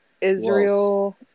Israel